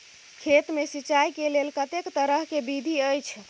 खेत मे सिंचाई के लेल कतेक तरह के विधी अछि?